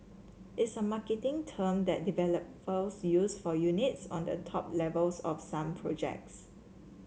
it's a marketing term that developers use for units on the top levels of some projects